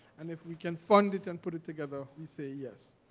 and if we can fund it and put it together, we say yes.